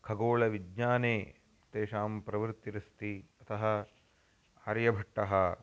खगोलविज्ञाने तेषां प्रवृत्तिरस्ति अतः आर्यभट्टः